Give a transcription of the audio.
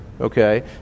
okay